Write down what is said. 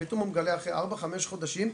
פתאום הוא מגלה אחרי ארבעה-חמישה חודשים,